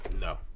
No